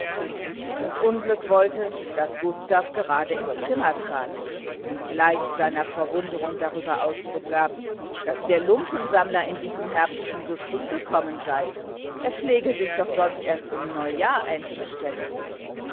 das unglück wollte daß gustav gerade ins zimmer trat und gleich seiner verwunderung darüber ausdruck gab daß der lumpensammler in diesem herbst schon so früh gekommen sei er pflege sich ja sonst doch erst um neujahr einzustellen